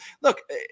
look